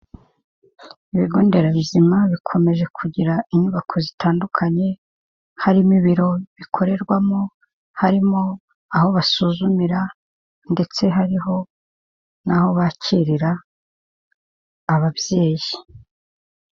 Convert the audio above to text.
Ibigo nderabuzima bikomeje kugira inyubako zitandukanye, harimo ibiro bikorerwamo, harimo aho basuzumira ndetse hariho n'aho bakirira ababyeyi.